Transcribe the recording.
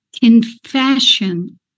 confession